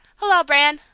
hello, bran!